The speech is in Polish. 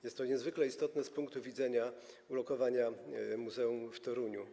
Jest to niezwykle istotne z punktu widzenia lokowania muzeum w Toruniu.